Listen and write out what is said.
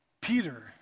Peter